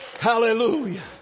Hallelujah